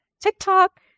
TikTok